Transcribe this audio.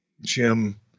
Jim